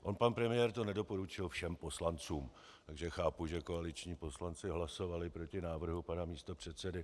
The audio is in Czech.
On pan premiér to nedoporučil všem poslancům, takže chápu, že koaliční poslanci hlasovali proti návrhu pana místopředsedy.